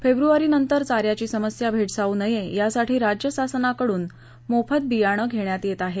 फेब्रवारीनंतर चाऱ्याची समस्या भेडसावू नये यासाठी राज्य शासनाकडून मोफत बियाणे देण्यात येत आहे